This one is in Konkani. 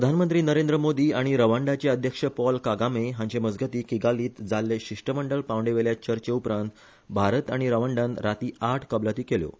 प्रधानमंत्री नरेंद्र मोदी आनी रवांडाचे अध्यक्ष पॉल कागामे हांचे मजगती किगालीत जाल्ले शिष्टमंडळ पांवड्यावेल्या चर्चे उपरांत भारत आनी रवांडान रातीं आठ कबलाती केल्यो